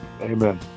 Amen